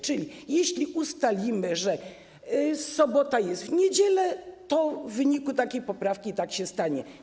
Czyli jeśli ustalimy, że sobota jest w niedzielę, to w wyniku takiej poprawki tak się stanie.